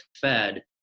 Fed